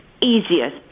easier